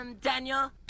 Daniel